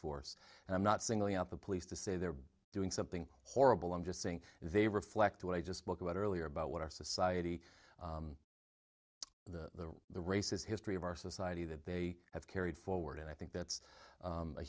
and i'm not singling out the police to say they're doing something horrible i'm just saying they reflect what i just spoke about earlier about what our society the the races history of our society that they have carried forward and i think that's